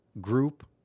group